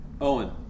Owen